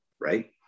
right